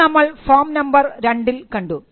ഇത് നമ്മൾ form number രണ്ടിൽ കണ്ടു